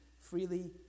freely